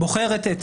בוחרת את